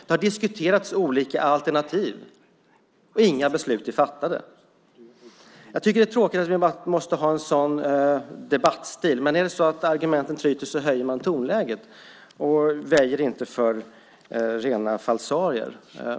Det har diskuterats olika alternativ, och inga beslut är fattade. Jag tycker att det är tråkigt att vi måste ha en sådan debattstil, men när argumenten tryter höjer man tonläget och väjer inte för rena falsarier.